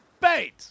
bait